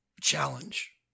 challenge